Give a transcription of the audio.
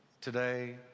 today